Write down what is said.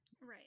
right